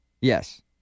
Yes